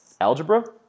algebra